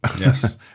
Yes